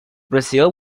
brazil